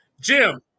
Jim